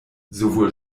sowohl